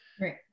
Right